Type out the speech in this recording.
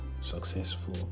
successful